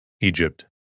Egypt